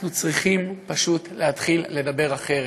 אנחנו צריכים פשוט להתחיל לדבר אחרת,